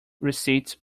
receipts